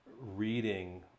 reading